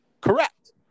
Correct